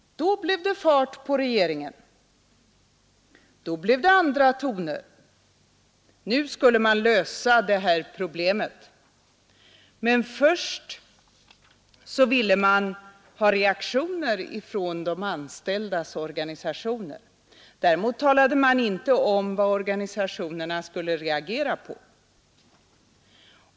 Då blev det fart på regeringen! Då blev det andra toner! Nu skulle man lösa det här problemet. Men först ville man ha reaktioner från de anställdas organisationer. Men man talade inte om vad organisationerna skulle reagera på.